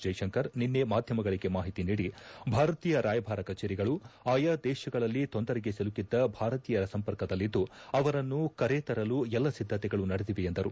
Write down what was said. ಜೈಶಂಕರ್ ನಿನ್ನೆ ಮಾದ್ಲಮಗಳಿಗೆ ಮಾಹಿತಿ ನೀಡಿ ಭಾರತೀಯ ರಾಯಭಾರ ಕಚೇರಿಗಳು ಆಯಾ ದೇಶಗಳಲ್ಲಿ ತೊಂದರೆಗೆ ಸಿಲುಕಿದ್ದ ಭಾರತೀಯರ ಸಂಪರ್ಕದಲ್ಲಿದ್ದು ಅವರನ್ನು ಕರೆ ತರಲು ಎಲ್ಲ ಸಿದ್ದತೆಗಳು ನಡೆದಿವೆ ಎಂದರು